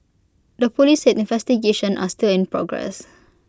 the Police said investigations are still in progress